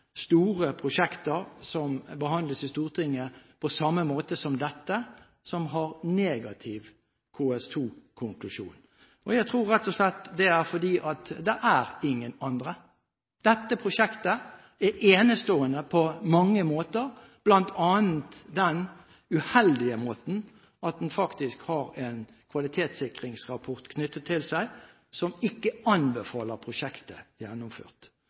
store prosjekter som behandles i Stortinget på samme måte som dette, som har negativ KS2-konklusjon. Jeg tror rett og slett det er fordi at det er ingen andre. Dette prosjektet er enestående på mange måter, bl.a. på den uheldige måten at det faktisk har en kvalitetssikringsrapport knyttet til seg som ikke anbefaler prosjektet gjennomført.